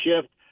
shift